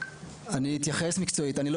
אתייחס מקצועית: אני לא